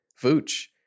Vooch